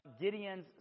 Gideon's